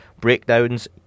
breakdowns